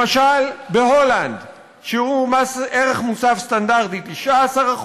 למשל, בהולנד שיעור מס ערך מוסף סטנדרטי הוא 19%,